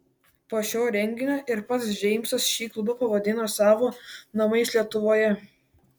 po šio renginio ir pats džeimsas šį klubą pavadino savo namais lietuvoje